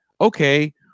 okay